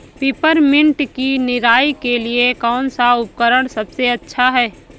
Peppermint की निराई के लिए कौन सा उपकरण सबसे अच्छा है?